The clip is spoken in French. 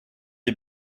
est